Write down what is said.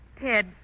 Ted